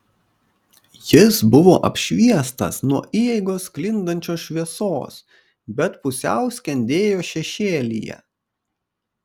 jis buvo apšviestas nuo įeigos sklindančios šviesos bet pusiau skendėjo šešėlyje